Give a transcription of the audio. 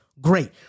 great